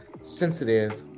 sensitive